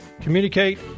communicate